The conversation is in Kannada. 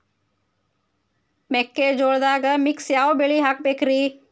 ಮೆಕ್ಕಿಜೋಳದಾಗಾ ಮಿಕ್ಸ್ ಯಾವ ಬೆಳಿ ಹಾಕಬೇಕ್ರಿ?